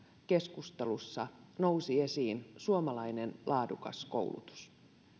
keskustelussa nousi esiin suomalainen laadukas koulutus